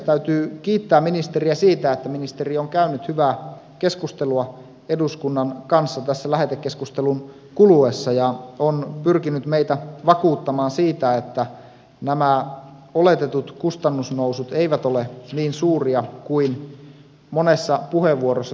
täytyy kiittää ministeriä siitä että ministeri on käynyt hyvää keskustelua eduskunnan kanssa tässä lähetekeskustelun kuluessa ja on pyrkinyt meitä vakuuttamaan siitä että nämä oletetut kustannusnousut eivät ole niin suuria kuin monessa puheenvuorossa täällä pelätään